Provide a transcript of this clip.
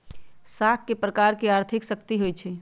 साख एक प्रकार के आर्थिक शक्ति होइ छइ